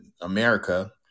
America